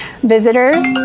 visitors